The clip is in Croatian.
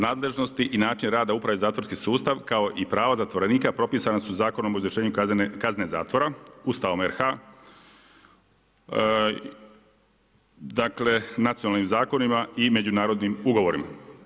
Nadležnosti i način rada Uprave za zatvorski sustav kao i prava zatvorenika propisana su Zakonom o izvršenju kazne zatvora, Ustavom RH, nacionalnim zakonima i međunarodnim ugovorima.